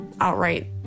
outright